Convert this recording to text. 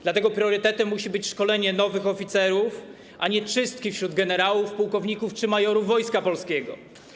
Dlatego priorytetem musi być szkolenie nowych oficerów, a nie czystki wśród generałów, pułkowników czy majorów Wojska Polskiego.